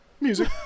Music